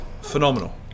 phenomenal